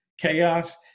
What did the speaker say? chaos